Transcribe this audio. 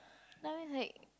then I was like